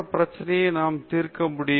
இதேபோன்ற பிரச்சனையை நாம் தீர்க்க முடியுமா